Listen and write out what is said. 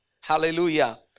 Hallelujah